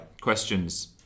questions